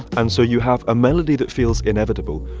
and so you have a melody that feels inevitable.